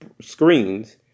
screens